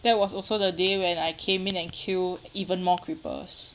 that was also the day when I came in and kill even more creepers